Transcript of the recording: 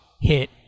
hit